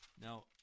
Now